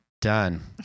done